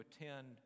attend